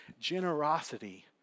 generosity